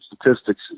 statistics